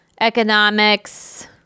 economics